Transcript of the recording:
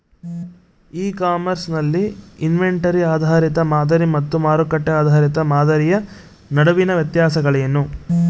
E commerce ನಲ್ಲಿ inventory ಆಧಾರಿತ ಮಾದರಿ ಮತ್ತು ಮಾರುಕಟ್ಟೆ ಆಧಾರಿತ ಮಾದರಿಯ ನಡುವಿನ ವ್ಯತ್ಯಾಸಗಳೇನು?